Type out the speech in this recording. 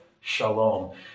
shalom